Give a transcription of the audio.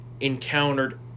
encountered